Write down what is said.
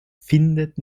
findet